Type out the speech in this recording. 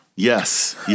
Yes